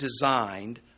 designed